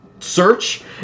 search